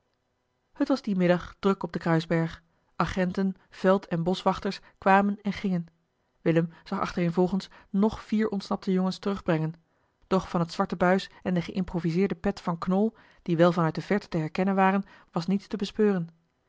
t was dien middag druk op den kruisberg agenten veld en boschwachters kwamen en gingen willem zag achtereenvolgens nog vier ontsnapte jongens terugbrengen doch van het zwarte buis en de geïmproviseerde pet van knol die wel van uit de verte te herkennen waren was niets te bespeuren